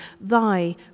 thy